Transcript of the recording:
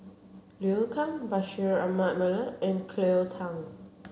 Liu Kang Bashir Ahmad Mallal and Cleo Thang